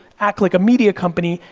act like a media company,